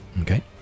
okay